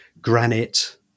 granite